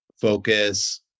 focus